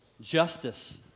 Justice